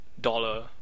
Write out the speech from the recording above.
Dollar